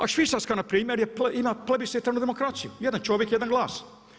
A Švicarska npr. ima plebiscitarnu demokraciju, jedan čovjek, jedan glas.